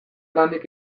lanik